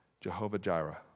Jehovah-Jireh